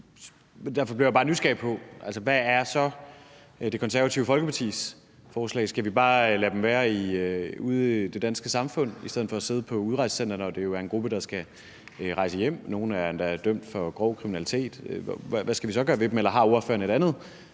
Derfor blev jeg bare nysgerrig på, hvad Det Konservative Folkepartis forslag så er. Skal vi bare lade dem være ude i det danske samfund i stedet for at sidde på et udrejsecenter? Det er jo en gruppe, der skal rejse hjem. Nogle er endda dømt for grov kriminalitet. Hvad skal vi så gøre ved dem? Eller har ordføreren et andet